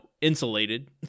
insulated